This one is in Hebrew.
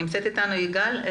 נמצאת איתנו יעל?